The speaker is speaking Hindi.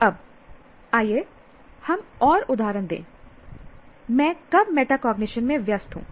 अब आइए हम और उदाहरण दें मैं कब मेटाकॉग्निशन में व्यस्त हूं